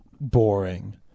boring